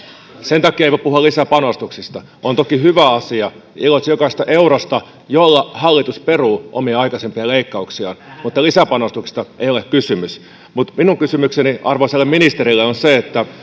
sen takia ei voi puhua lisäpanostuksista on toki hyvä asia iloitsen jokaisesta eurosta että hallitus peruu omia aikaisempia leikkauksiaan mutta lisäpanostuksista ei ole kysymys mutta minun kysymykseni arvoisalle ministerille on se että